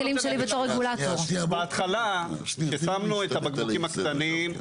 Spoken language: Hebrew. בהתחלה כששמנו את הבקבוקים הקטנים,